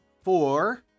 four